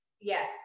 Yes